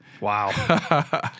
Wow